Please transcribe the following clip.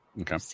okay